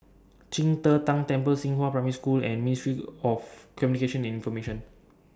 Qing De Tang Temple Xinghua Primary School and Ministry of Communications and Information